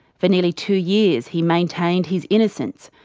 for nearly two years he maintained his innocence.